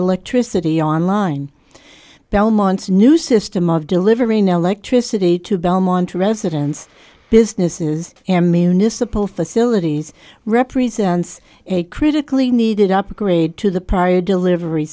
electricity on line belmont's new system of delivering electricity to belmont residents businesses and municipal facilities represents a critically needed upgrade to the prior delivery